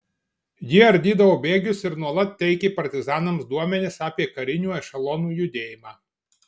ji ardydavo bėgius ir nuolat teikė partizanams duomenis apie karinių ešelonų judėjimą